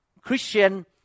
Christian